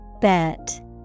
Bet